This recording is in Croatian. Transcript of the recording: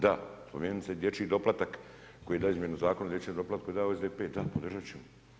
Da, spomenuli ste i dječji doplatak koji je dao izmjenu Zakona o dječjem doplatku, je dao SDP, da podržat ćemo.